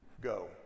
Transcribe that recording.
Go